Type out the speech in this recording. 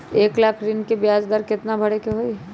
एक लाख ऋन के ब्याज केतना भरे के होई?